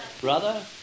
Brother